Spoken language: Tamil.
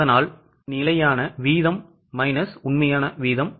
அதனால் நிலையான வீதம் உண்மையான வீதம்